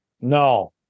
No